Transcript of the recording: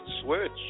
Switch